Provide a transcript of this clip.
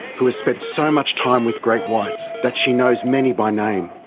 who has spent so much time with great whites that she knows many by name.